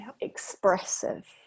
expressive